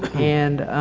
and,